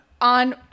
on